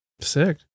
Sick